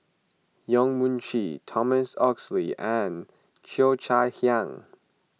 Yong Mun Chee Thomas Oxley and Cheo Chai Hiang